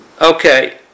Okay